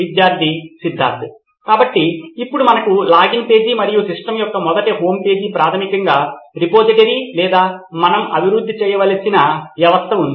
విద్యార్థి సిద్ధార్థ్ కాబట్టి ఇప్పుడు మనకు లాగిన్ పేజీ మరియు సిస్టమ్ యొక్క మొదటి హోమ్పేజీ ప్రాథమికంగా రిపోజిటరీ లేదా మనం అభివృద్ధి చేయవలసిన వ్యవస్థ ఉంది